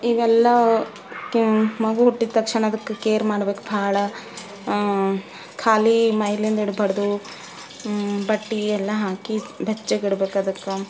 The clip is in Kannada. ಇವೆಲ್ಲ ಮತ್ತು ಮಗು ಹುಟ್ಟಿದ ತಕ್ಷಣ ಅದಕ್ಕೆ ಕೇರ್ ಮಾಡ್ಬೇಕು ಭಾಳ ಖಾಲಿ ಮೈಲಿಂದಿಡ್ಬಾರ್ದು ಬಟ್ಟೆ ಎಲ್ಲ ಹಾಕಿ ಬೆಚ್ಚಗಿಡ್ಬೇಕು ಅದಕ್ಕೆ